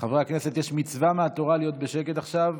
חברי הכנסת, יש מצווה מהתורה להיות בשקט עכשיו.